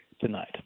tonight